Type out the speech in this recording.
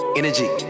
energy